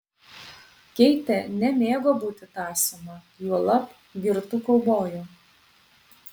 keitė nemėgo būti tąsoma juolab girtų kaubojų